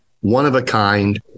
one-of-a-kind